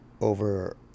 over